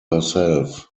herself